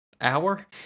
hour